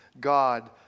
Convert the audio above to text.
God